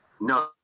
No